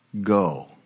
go